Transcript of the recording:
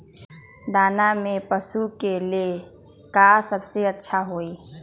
दाना में पशु के ले का सबसे अच्छा होई?